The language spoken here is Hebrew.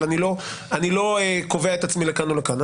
אבל אני לא קובע את עצמי לכאן או לכאן.